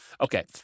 okay